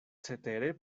cetere